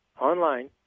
online